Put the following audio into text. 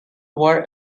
war